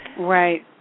Right